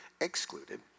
excluded